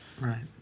Right